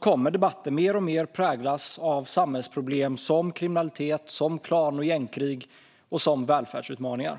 kommer debatten mer och mer att präglas av samhällsproblem som kriminalitet, klan och gängkrig och välfärdsutmaningar.